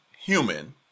human